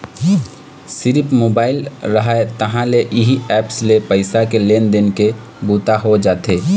सिरिफ मोबाईल रहय तहाँ ले इही ऐप्स ले पइसा के लेन देन के बूता हो जाथे